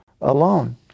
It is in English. alone